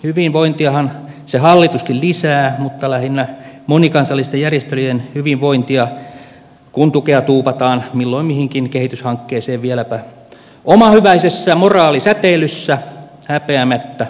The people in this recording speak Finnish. hyvinvointiahan se hallituskin lisää mutta lähinnä monikansallisten järjestelyjen hyvinvointia kun tukea tuupataan milloin mihinkin kehityshankkeeseen vieläpä omahyväisessä moraalisäteilyssä häpeämättä patsastellen